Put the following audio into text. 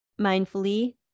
mindfully